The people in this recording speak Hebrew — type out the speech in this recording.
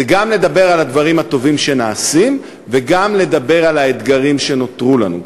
זה גם לדבר על הדברים טובים שנעשים וגם לדבר על האתגרים שנותרו לנו.